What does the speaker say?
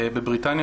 בבריטניה,